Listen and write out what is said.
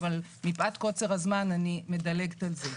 אבל מפאת קוצר הזמן אני מדלגת על זה.